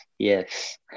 Yes